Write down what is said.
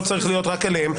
לא צריך להיות רק עליהם,